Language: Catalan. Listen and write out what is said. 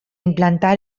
implantar